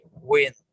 win